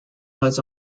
words